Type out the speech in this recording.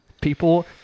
people